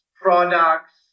products